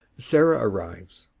sarah arrives.